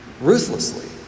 Ruthlessly